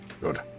Good